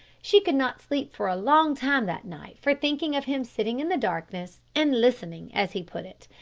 she could not sleep for a long time that night for thinking of him sitting in the darkness, and listening as he put it,